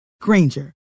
Granger